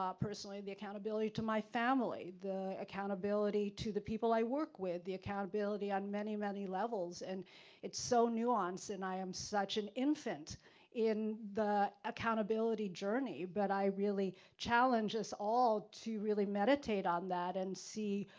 um personally, the accountability to my family, the accountability to the people i work with, the accountability on many, many levels, and it's so nuanced and i am such an infant in the accountability journey but i really challenge us all, to really meditate on that and see,